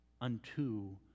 unto